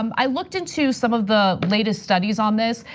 um i looked into some of the latest studies on this.